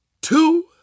two